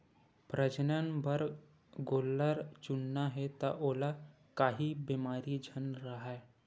प्रजनन बर गोल्लर चुनना हे त ओला काही बेमारी झन राहय